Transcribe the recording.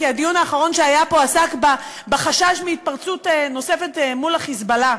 כי הדיון האחרון שהיה פה עסק בחשש מהתפרצות נוספת מול ה"חיזבאללה".